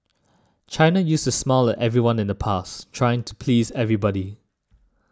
China used to smile at everyone in the past trying to please everybody